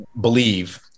believe